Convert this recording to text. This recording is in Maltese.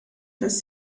tas